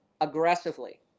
aggressively